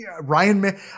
Ryan